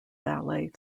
ballet